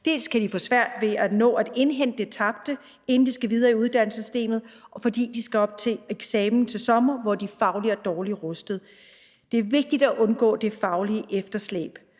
De kan få svært ved at nå at indhente det tabte, inden de skal videre i uddannelsessystemet, fordi de skal op til eksamen til sommer, hvor de fagligt er dårligt rustede. Det er vigtigt at undgå det faglige efterslæb,